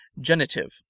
Genitive